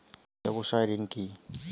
ব্যবসায় ঋণ কি?